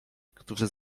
którzy